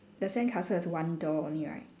the sandcastle is one door only right